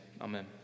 amen